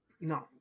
No